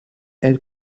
elle